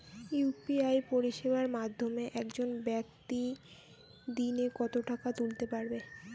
UPI পরিষেবার মাধ্যমে একজন ব্যাক্তি দিনে কত টাকা তুলতে পারবে?